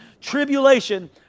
Tribulation